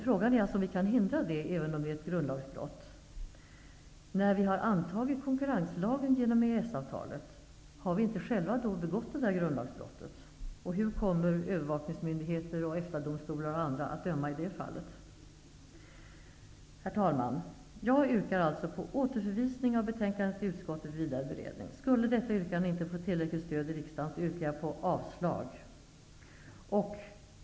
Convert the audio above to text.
Frågan är om vi kan förhindra det -- även om ett sådant ägande är grundlagsbrott -- när vi genom EES-avtalet har antagit konkurrenslagen. Har vi då inte själva begått brottet mot grundlagen? Hur kommer övervakningsmyndigheter, EFTA-domstolar m.m. att döma i det fallet? Herr talman! Jag yrkar på återförvisning av betänkandet till utskottet för vidare beredning. Skulle detta yrkande inte få tillräckligt stöd i riksdagen yrkar jag avslag på utskottets hemställan.